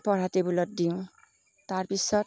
পঢ়া টেবুলত দিওঁ তাৰপিছত